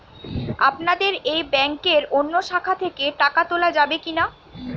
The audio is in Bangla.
আপনাদের এই ব্যাংকের অন্য শাখা থেকে টাকা তোলা যাবে কি না?